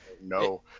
No